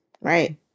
right